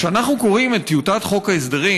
כשאנחנו קוראים את טיוטת חוק ההסדרים,